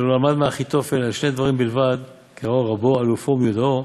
שלא למד מאחיתופל אלא שני דברים בלבד קראו רבו אלופו ומיודעו,